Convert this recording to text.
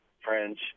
French